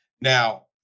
Now